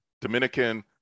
Dominican